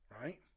right